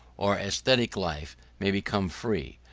our aesthetic life may become freer,